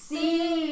See